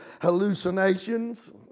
hallucinations